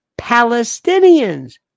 Palestinians